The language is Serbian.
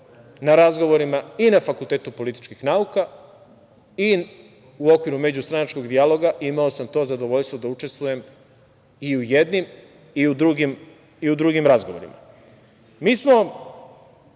na razgovorima i na Fakultetu političkih nauka i u okviru međustranačkog dijaloga. Imao sam to zadovoljstvo da učestvujem i u jednim i u drugim razgovorima. Mi smo